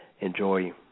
enjoy